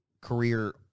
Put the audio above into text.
career